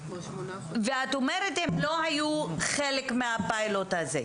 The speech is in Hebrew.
ואת אומרת שהם לא היו חלק מהפיילוט הזה.